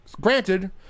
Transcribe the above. Granted